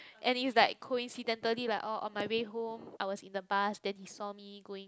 and it's like coincidentally like orh on my way home I was in the bus then he saw me going